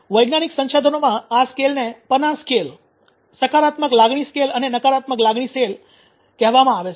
વૈજ્ઞાનિક સંશોધનમાં આ સ્કેલને પના સ્કેલ Pana's scale સકારાત્મક લાગણી સ્કેલ અને નકારાત્મક લાગણી સ્કેલ કહેવામાં આવે છે